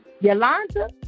Yolanda